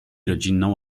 rodzinną